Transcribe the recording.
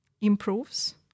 improves